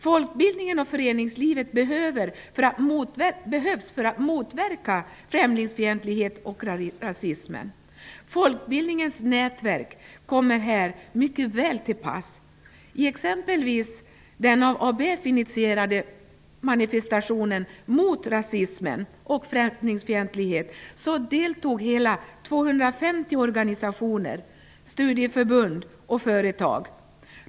Folkbildningen och föreningslivet behövs för att motverka främlingsfientlighet och rasism. Folkbildningens nätverk kommer här mycket väl till pass. I exempelvis den av ABF initierade manifestationen mot rasism och främlingsfientlighet deltog inte mindre än 250 organisationer, studieförbund och företag.